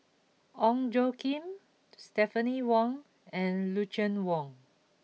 Ong Tjoe Kim Stephanie Wong and Lucien Wang